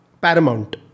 paramount